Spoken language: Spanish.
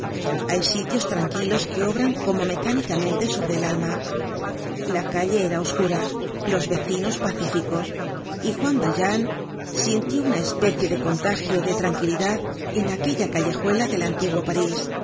hay sitios tranquilos que obran como mecánicamente sobre el alma la calle era oscura los vecinos pacíficos y juan valjean sintió una especie de contagio de tranquilidad en aquella callejuela del antiguo parís